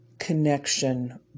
connection